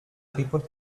people